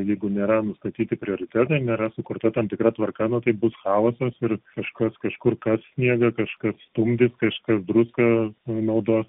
jeigu nėra nustatyti prioritetai nėra sukurta tam tikra tvarka nu tai bus chaosas ir kažkas kažkur kas sniegą kažkas stumdys kažkas druską naudos